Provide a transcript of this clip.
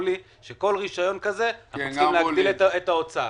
לי שכל רישיון כזה צריך להגדיל את ההוצאה.